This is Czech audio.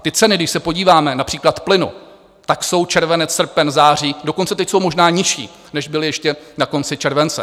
Ty ceny, když se podíváme, například plynu, tak jsou červenec, srpen, září, dokonce teď jsou možná nižší, než byly ještě na konci července.